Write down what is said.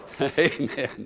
Amen